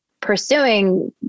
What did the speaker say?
pursuing